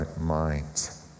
minds